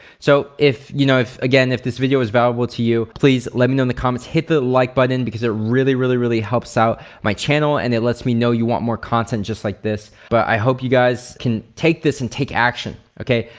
so, if you know if again, if this video was valuable to you please let me know in the comments, hit the like button because it really really really helps out my channel and it lets me know you want more content just like this, but i hope you guys can take this and take action, okay?